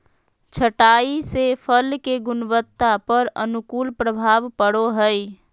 छंटाई से फल के गुणवत्ता पर अनुकूल प्रभाव पड़ो हइ